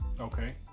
Okay